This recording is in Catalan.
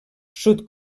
sud